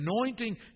anointing